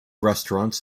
restaurants